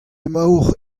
emaocʼh